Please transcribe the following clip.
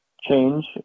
change